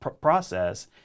process